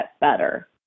better